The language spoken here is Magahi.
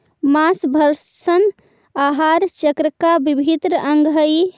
माँसभक्षण आहार चक्र का अभिन्न अंग हई